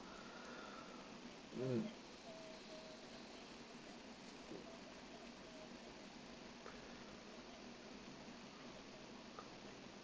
mm